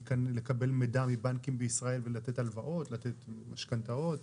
לקבל מידע מבנקים בישראל ולתת הלוואות, משכנתאות,